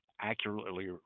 accurately